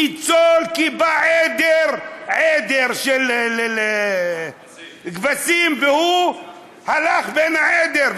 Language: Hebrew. ניצל כי בא עדר של כבשים והוא הלך בתוך העדר,